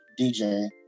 DJ